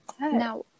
now